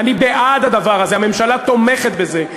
אני בעד הדבר הזה, הממשלה תומכת בזה.